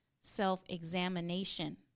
self-examination